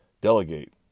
Delegate